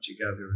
together